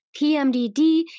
PMDD